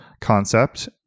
concept